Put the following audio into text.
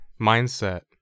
mindset